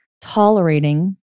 Tolerating